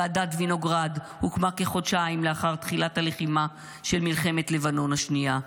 ועדת וינוגרד הוקמה כחודשיים לאחר תחילת הלחימה של מלחמת לבנון השנייה.